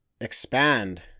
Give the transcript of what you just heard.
expand